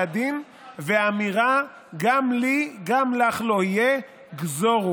הדין והאמירה: "גם לי גם לך לא יהיה גְזֹרוּ".